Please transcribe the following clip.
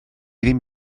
ddim